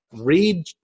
read